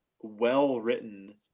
well-written